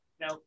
Now